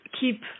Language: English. keep